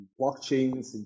blockchains